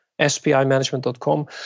spimanagement.com